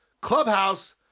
clubhouse